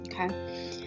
Okay